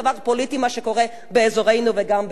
מה שקורה באזורנו וגם באזורים השכנים.